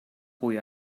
cui